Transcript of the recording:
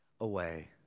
away